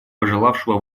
пожелавшего